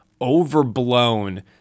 overblown